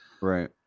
Right